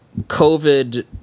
COVID